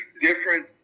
different